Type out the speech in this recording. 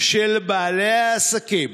של בעלי העסקים